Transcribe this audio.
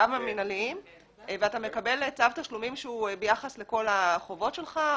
אתה מקבל צו תשלומים שהוא ביחס לכל החובות שלך.